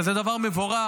שזה דבר מבורך,